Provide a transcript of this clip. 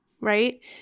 right